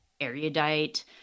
erudite